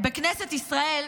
בכנסת ישראל,